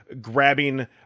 grabbing